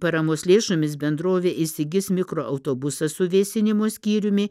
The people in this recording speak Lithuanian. paramos lėšomis bendrovė įsigis mikroautobusą su vėsinimo skyriumi